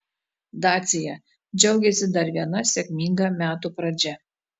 dacia džiaugiasi dar viena sėkminga metų pradžia